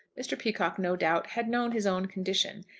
mr. peacocke, no doubt, had known his own condition,